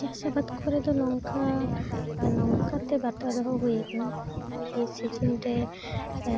ᱪᱟᱥ ᱟᱵᱟᱫ ᱠᱚᱨᱮ ᱫᱚ ᱱᱚᱝᱠᱟ ᱱᱚᱝᱠᱟᱛᱮ ᱵᱟᱛᱟᱣ ᱫᱚᱦᱚ ᱦᱩᱭ ᱠᱟᱱᱟ ᱥᱤᱡᱮᱱ ᱨᱮ